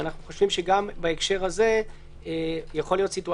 אנו חושבים שגם בהקשר הזה יכול להיות מצב